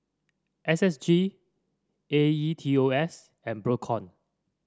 S S G A E T O S and Procom